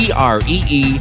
tree